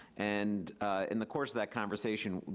and in the course of that conversation,